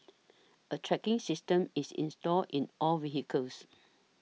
a tracking system is installed in all vehicles